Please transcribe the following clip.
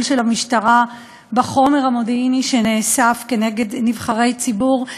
של המשטרה בחומר המודיעיני שנאסף נגד נבחרי ציבור.